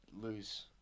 lose